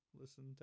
listen